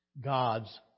God's